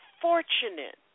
fortunate